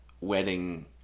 wedding